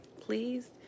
please